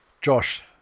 Josh